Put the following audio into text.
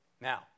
Now